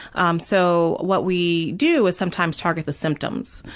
um so what we do is sometimes target the symptoms.